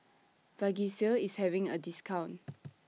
Vagisil IS having A discount